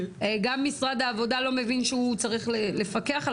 גם משרד העבודה לא מבין שהוא צריך לפקח על